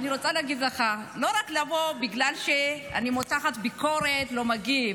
אני רוצה להגיד לך: לא רק לבוא בגלל שאני מותחת ביקורת שלא מגיעים.